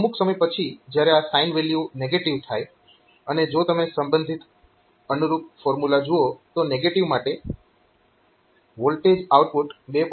અમુક સમય પછી જ્યારે આ સાઈન વેલ્યુ નેગેટીવ થાય અને જો તમે સંબંધિત અનુરૂપ ફોર્મ્યુલા જુઓ તો નેગેટીવ માટે વોલ્ટેજ આઉટપુટ 2